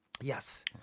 Yes